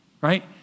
right